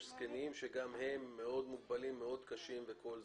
יש זקנים שגם הם מאוד מוגבלים מאוד קשים וכל זה,